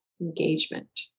engagement